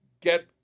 get